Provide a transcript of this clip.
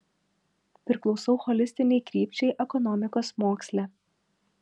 priklausau holistinei krypčiai ekonomikos moksle